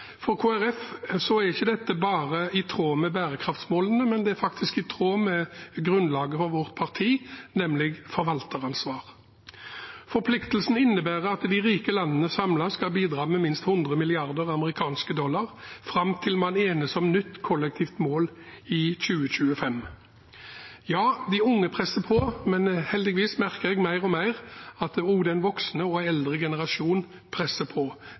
For Kristelig Folkeparti er ikke dette bare i tråd med bærekraftsmålene, men det er faktisk i tråd med grunnlaget for vårt parti, nemlig forvalteransvar. Forpliktelsen innebærer at de rike landene samlet skal bidra med minst 100 milliarder amerikanske dollar fram til man enes om nytt kollektivt mål i 2025. Ja, de unge presser på, men heldigvis merker jeg mer og mer at også den voksne og eldre generasjon presser på.